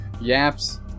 Yaps